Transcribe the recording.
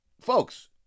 folks